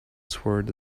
sword